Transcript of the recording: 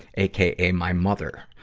aka my mother.